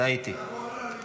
טעיתי.